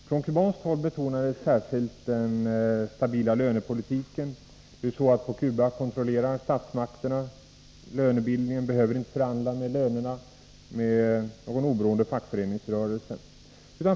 Från kubanskt håll betonades särskilt fördelarna med den stabila lönepolitiken. På Cuba kontrollerar ju statsmakterna lönebildningen och behöver inte förhandla om lönerna med någon oberoende fackföreningsrörelse.